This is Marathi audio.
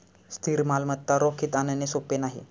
स्थिर मालमत्ता रोखीत आणणे सोपे नाही